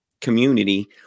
community